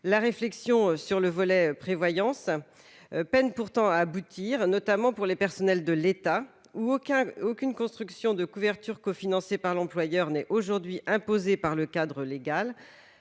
La réflexion sur le volet prévoyance peine pourtant à aboutir, notamment pour les personnels de l'État, où aucune construction de couverture cofinancée par l'employeur n'est aujourd'hui imposée par le cadre légal.